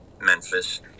Memphis